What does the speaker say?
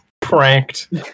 pranked